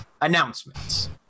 Announcements